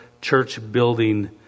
church-building